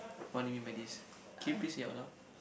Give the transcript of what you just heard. what do you mean by this can you please say out loud